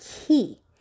key